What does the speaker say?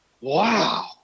wow